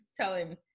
telling